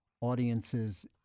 audiences